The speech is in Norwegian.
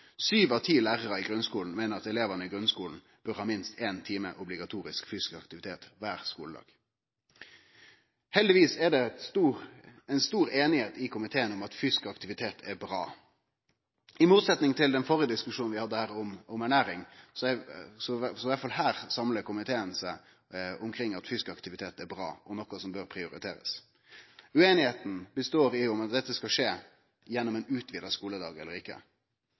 av ti lærarar i grunnskulen meiner at elevane i grunnskulen bør ha minst éin time obligatorisk fysisk aktivitet kvar skuledag. Heldigvis er det stor einigheit i komiteen om at fysisk aktivitet er bra. I motsetning til i diskusjonen vi hadde om ernæring, samlar komiteen seg her og meiner at fysisk aktivitet er bra og noko som bør prioriterast. Ueinigheita består i om dette skal skje gjennom ein utvida skuledag eller ikkje.